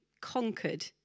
conquered